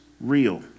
real